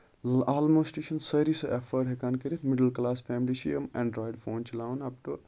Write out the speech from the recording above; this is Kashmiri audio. آلموسٹ چھِ یِم سٲری سُہ ایفٲڈ ہٮ۪کان کٔرِتھ مِڈٕل کَلاس فیملی چھِ یِم اینڈرویِڈ فون چلاوان اَپ ٹُو